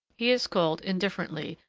he is called, indifferently,